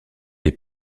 est